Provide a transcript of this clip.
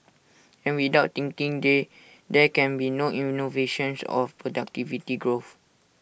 and without thinking they there can be no innovations of productivity growth